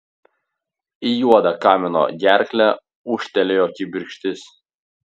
į juodą kamino gerklę ūžtelėjo kibirkštys